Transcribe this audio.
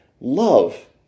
love